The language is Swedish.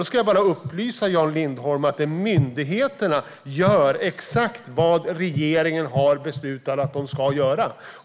Då ska jag upplysa Jan Lindholm om att myndigheterna gör exakt vad regeringen har beslutat att de ska göra.